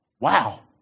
wow